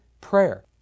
prayer